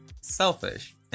selfish